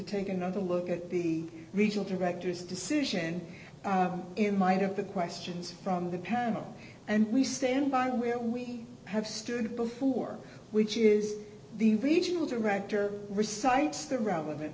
take another look at the regional directors decision in my head of the questions from the panel and we stand by where we have stood before which is the regional director recites the relevant